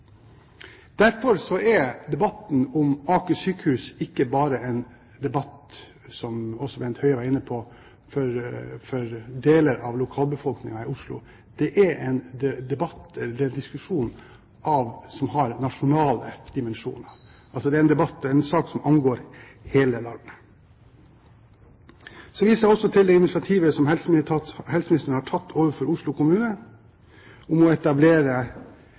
Derfor er debatten om Aker sykehus ikke bare en debatt for deler av lokalbefolkningen i Oslo, som også Bent Høie var inne på. Det er en debatt, en diskusjon, som har nasjonale dimensjoner. Det er en sak som angår hele landet. Jeg viser også til det initiativet som helseministeren har tatt overfor Oslo kommune om å etablere